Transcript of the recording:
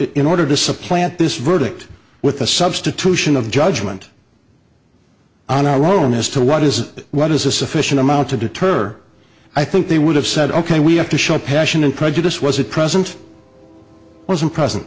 in order to supplant this verdict with the substitution of judgement on our own as to what is what is a sufficient amount to deter i think they would have said ok we have to show passion and prejudice was a present wasn't present